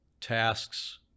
tasks